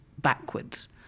backwards